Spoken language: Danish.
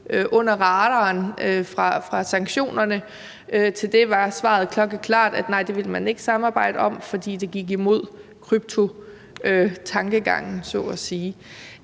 under radaren i forhold til sanktionerne på. Til det var svaret klokkeklart, at nej, det ville man ikke samarbejde om, fordi det gik imod kryptotankegangen, så at sige.